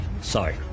sorry